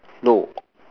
no